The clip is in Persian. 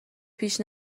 پیش